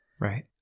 Right